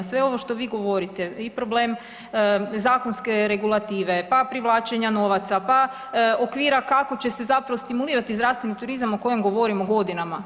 Sve ovo što vi govorite i problem zakonske regulative, pa privlačenja novaca, pa okvira kako će se zapravo stimulirati zdravstveni turizam o kojem govorimo godinama.